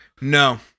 No